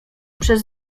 przez